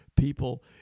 People